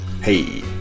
Hey